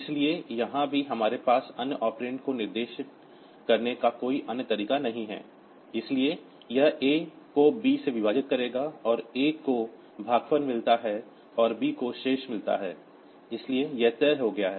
इसलिए यहां भी हमारे पास अन्य ऑपरेंड्स को निर्दिष्ट करने का कोई अन्य तरीका नहीं है इसलिए यह A को B से विभाजित करेगा और A को भागफल मिलता है और B को शेष मिलता है इसलिए यह तय हो गया है